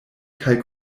kaj